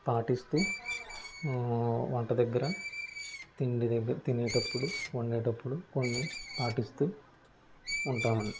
పాటిస్తూ వంట దగ్గర తిండి దగ్గర తినేటప్పుడు వండేటప్పుడు కొన్ని పాటిస్తూ ఉంటాము